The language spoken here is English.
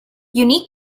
unique